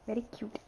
very cute